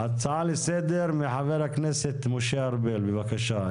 הצעה לסדר מחבר הכנסת משה ארבל, בבקשה.